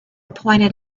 pointed